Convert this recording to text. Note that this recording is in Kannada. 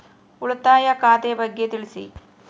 ಉಳಿತಾಯ ಖಾತೆ ಬಗ್ಗೆ ತಿಳಿಸಿ?